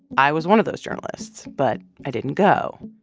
i was one of those journalists, but i didn't go.